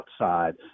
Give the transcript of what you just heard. outside